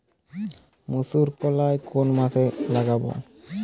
মুসুরকলাই কোন মাসে লাগাব?